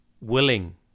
willing